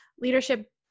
leadership